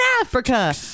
Africa